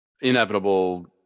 inevitable